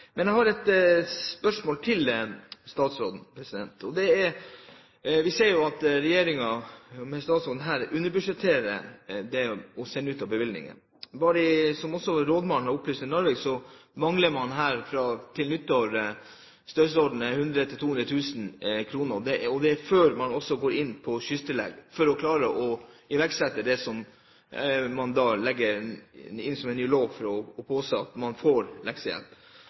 Men jeg har et spørsmål til til statsråden. Det dreier seg om at vi ser at regjeringen ved statsråden her underbudsjetterer det hun sender ut av bevilgning. Som også rådmannen i Narvik har opplyst, mangler man ved nyttår i størrelsesorden 100 000–200 000 kr, og det er før man går inn på skysstillegg, for å klare å iverksette det som man legger inn som en ny lov for å påse at man får